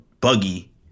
buggy